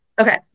Okay